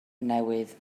newydd